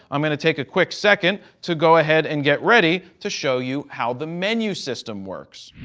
i'm going to take a quick second to go ahead and get ready to show you how the menu system works.